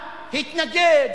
התנגד,